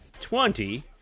twenty